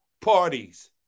parties